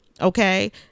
Okay